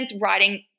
writing